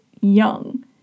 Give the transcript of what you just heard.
young